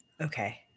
okay